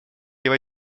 его